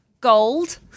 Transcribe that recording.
gold